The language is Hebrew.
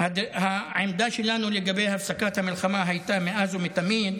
העמדה שלנו לגבי הפסקת המלחמה הייתה מאז ומתמיד,